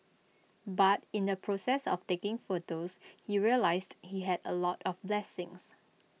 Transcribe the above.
but in the process of taking photos he realised he had A lot of blessings